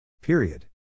Period